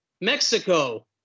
Mexico